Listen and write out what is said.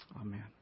Amen